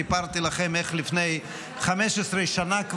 סיפרתי לכם איך כבר לפני 15 שנה,